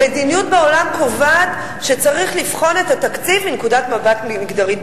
המדיניות בעולם קובעת שצריך לבחון את התקציב מנקודת מבט מגדרית,